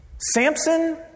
Samson